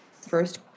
first